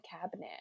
cabinet